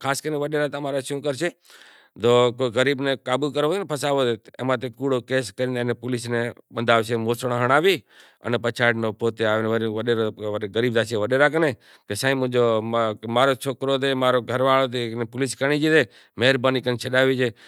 خاص کرے وڈیرا ہمارا شوں کرشے پنڑ غریب مانڑو نیں وڈیرا بدھاوی موچڑا ہنڑاوے پسے غریب مانڑو زاشے وڈیرے کن کہ سائیں ماں رو سوکرو سے گھر واڑو سے ای ناں پولیس کھنڑی گئی سے مہربانی کرے